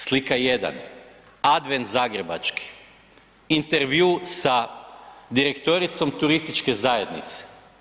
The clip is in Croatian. Slika 1, Advent zagrebački, intervju sa direktoricom turističke zajednice.